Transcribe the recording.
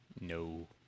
No